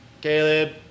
Caleb